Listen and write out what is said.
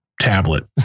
tablet